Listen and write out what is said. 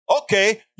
Okay